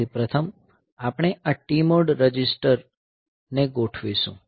તેથી પ્રથમ આપણે આ TMOD રજિસ્ટર ને ગોઠવીશું